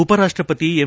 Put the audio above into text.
ಉಪರಾಷ್ಟ ಪತಿ ಎಂ